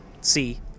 See